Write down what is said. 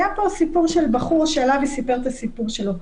היה פה בחור שעלה שסיפר את הסיפור שלו.